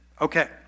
okay